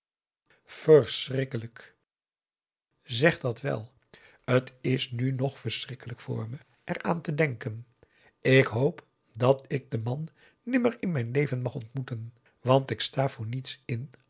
verschrikkelijk zeg dat wel t is nu nog verschrikkelijk voor me er aan te denken ik hoop dat ik den man nimmer in mijn leven mag ontmoeten want ik sta voor niets in